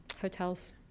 Hotels